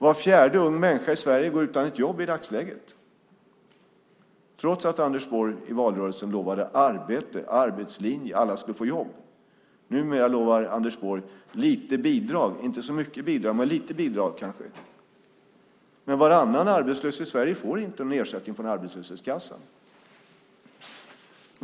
Var fjärde ung människa i Sverige går utan jobb i dagsläget, trots att Anders Borg i valrörelsen lovade arbete, arbetslinje och att alla skulle få jobb. Numera lovar Anders Borg lite bidrag, inte så mycket bidrag men kanske lite. Men varannan arbetslös i Sverige får inte ersättning från Arbetslöshetskassan.